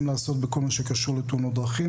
לעשות בכל מה שקשור לתאונות דרכים,